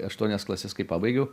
aštuonias klases kai pabaigiau